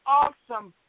awesome